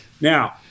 now